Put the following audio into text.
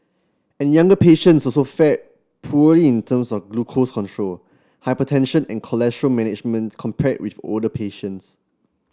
and younger patients so so fared poorly in terms of glucose control hypertension in cholesterol management compared with older patients